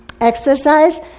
Exercise